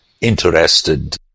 interested